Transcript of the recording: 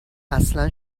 اصلا